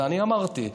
ואני אמרתי,